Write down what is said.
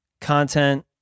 content